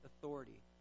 authority